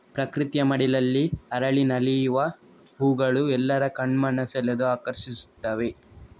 ಪ್ರಕೃತಿಯ ಮಡಿಲಲ್ಲಿ ಅರಳಿ ನಲಿವ ಹೂಗಳು ಎಲ್ಲರ ಕಣ್ಮನ ಸೆಳೆದು ಆಕರ್ಷಿಸ್ತವೆ